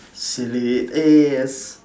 silly eh yes